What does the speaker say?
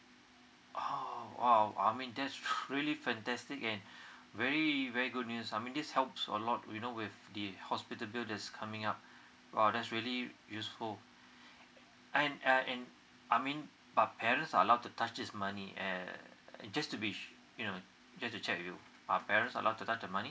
oh !wow! I mean that's really fantastic and very very good news I mean these helps a lot you know with the hospital bill that's coming up uh that's really useful and I and I mean but parents are allowed to touch this money uh just to be su~ you know just to check with you are parents allowed to touch the money